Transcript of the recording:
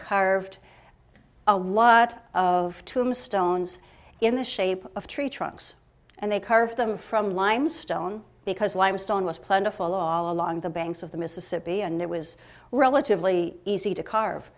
carved a lot of tombstones in the shape of tree trunks and they carved them from limestone because limestone was plentiful all along the banks of the mississippi and it was relatively easy to carve